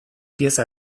pieza